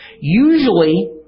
Usually